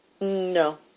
No